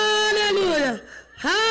Hallelujah